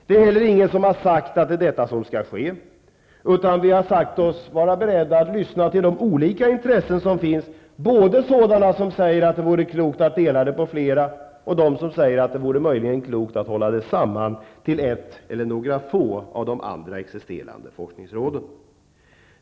Det är heller ingen som har sagt att det är detta som skall ske, utan vi har sagt oss vara beredda att lyssna till de olika intressen som finns, både sådana som säger att det vore klokt att dela det på flera och dem som säger att det möjligen vore klokt att hålla det samman till ett eller några få av de existerande forskningsråden.